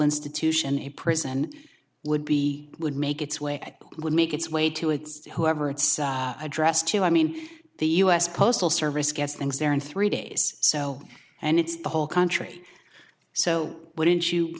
institution in prison would be would make its way it would make its way to its to whoever it's addressed to i mean the u s postal service gets things there in three days so and it's the whole country so wouldn't you